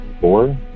four